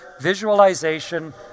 visualization